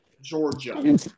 Georgia